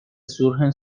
surgen